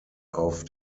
auf